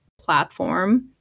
platform